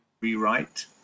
rewrite